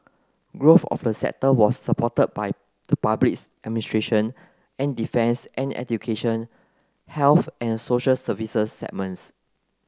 growth of the sector was supported by the public administration and defence and education health and social services segments